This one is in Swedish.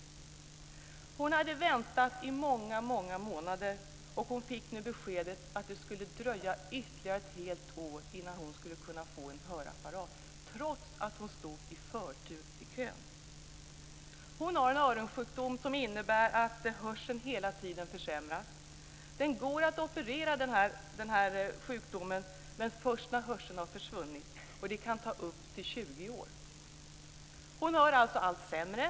Den här kvinnan hade väntat i många månader och fick nu beskedet att det skulle dröja ytterligare ett helt år innan hon skulle kunna få en hörapparat; detta trots att hon hade förtur i kön. Hon har en öronsjukdom som innebär att hörseln hela tiden försämras. Det går att operera när man har den här sjukdomen men först när hörseln har försvunnit och det kan dröja upp till 20 år. Den här kvinnan hör alltså allt sämre.